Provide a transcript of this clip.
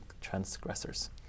transgressors